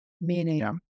meaning